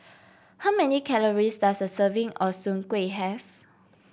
how many calories does a serving of Soon Kuih have